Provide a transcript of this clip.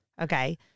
Okay